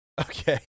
Okay